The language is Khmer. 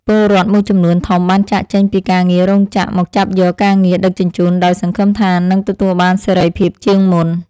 ពលរដ្ឋមួយចំនួនធំបានចាកចេញពីការងាររោងចក្រមកចាប់យកការងារដឹកជញ្ជូនដោយសង្ឃឹមថានឹងទទួលបានសេរីភាពជាងមុន។